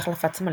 היא החלפת סמלים,